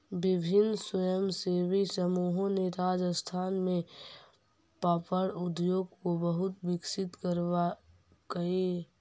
विभिन्न स्वयंसेवी समूहों ने राजस्थान में पापड़ उद्योग को बहुत विकसित करकई